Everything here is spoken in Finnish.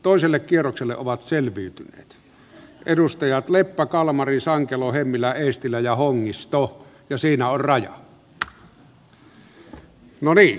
toiselle kierrokselle ovat selviytyneet edustajat leppä kalmari sankelo hemmilä eestilä ja hongisto ja siinä on raja